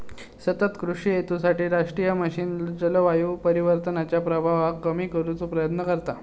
सतत कृषि हेतूसाठी राष्ट्रीय मिशन जलवायू परिवर्तनाच्या प्रभावाक कमी करुचो प्रयत्न करता